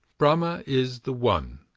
brahma is the one,